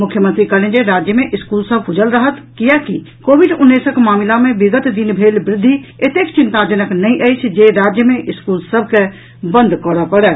मुख्यमंत्री कहलनि जे राज्य मे स्कूल सभ खुजल रहत कियेकि कोविड उन्नैसक मामिला मे विगत दिन भेल वृद्धि एतेक चिंताजनक नहि अछि जे राज्य मे स्कूल सभ के बंद करऽ पड़य